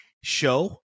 show